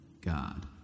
God